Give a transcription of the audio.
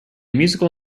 musical